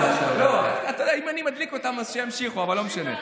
אם אני מדליק אותם, שימשיכו, אבל לא משנה.